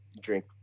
drink